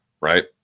right